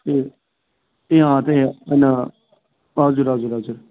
ए ए अँ त्यही हो होइन हजुर हजुर हजुर